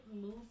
move